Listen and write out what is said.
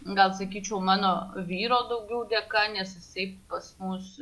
gal sakyčiau mano vyro daugiau dėka nes jisai pas mus